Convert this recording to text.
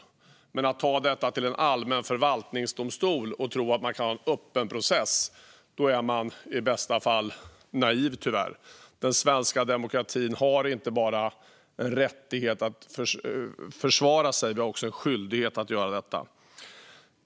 Men den som tror att man kan ta detta till en allmän förvaltningsdomstol och ha en öppen process är i bästa fall naiv, tyvärr. Den svenska demokratin har inte bara rätt att försvara sig utan är också skyldig att göra det.